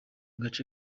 gace